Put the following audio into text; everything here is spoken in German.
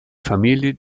familie